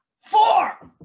four